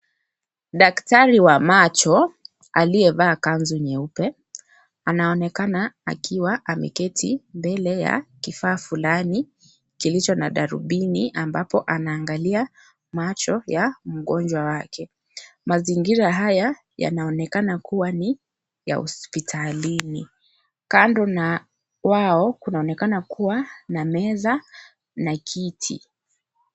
Daktari wa macho aliyevaa kanzu nyeupe anaonekana akiwa ameketi mbele ya kifaa fulani kilicho na darubini ambapo anaangalia macho ya mgonjwa wake. Mazingira haya yanaonekana kuwa ni ya hospitalini. Kando na wao kunaonekana kuwa na meza na kiti.